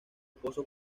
esposo